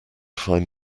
find